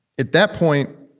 at that point,